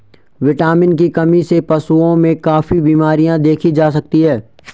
vitamin की कमी से पशुओं में काफी बिमरियाँ देखी जा सकती हैं